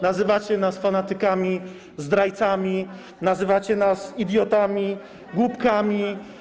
Nazywacie nas fanatykami, zdrajcami, nazywacie nas idiotami, głupkami.